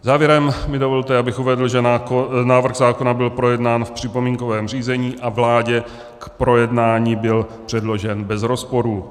Závěrem mi dovolte, abych uvedl, že návrh zákona byl projednán v připomínkovém řízení a vládě k projednání byl předložen bez rozporů.